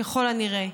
ככל הנראה,